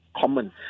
common